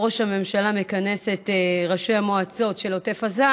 ראש הממשלה מכנס את ראשי המועצות של עוטף עזה,